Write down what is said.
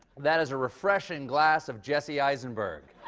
that is a refreshing glass of jessie eisenberg.